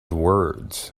words